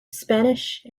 spanish